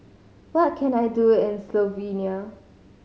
what can I do in Slovenia